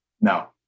No